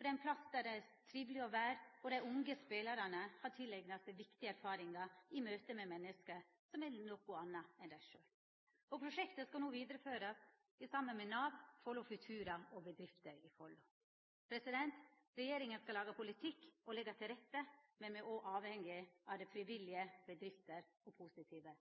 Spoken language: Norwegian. og det er ein plass der det er triveleg å vera. Dei unge spelarane har tileigna seg viktige erfaringar i møte med menneske som er noko annleis enn dei sjølve. Prosjektet skal no vidareførast saman med Nav, Follo Futura og bedrifter i Follo. Regjeringa skal laga politikk og legga til rette, men me er òg avhengig av dei frivillige, bedrifter og positive